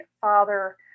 father